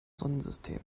sonnensystem